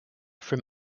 from